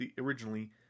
originally